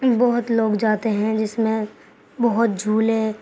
بہت لوگ جاتے ہیں جس میں بہت جھولے